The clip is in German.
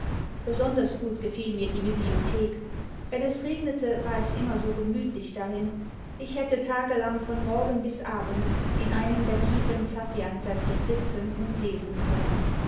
besonders gut gefiel mir die bibliothek wenn es regnete war es immer so gemütlich darin ich hätte tagelang vom morgen bis abend in einem der tiefen saffiansessel sitzen und lesen können